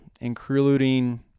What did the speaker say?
including